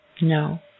No